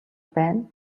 байна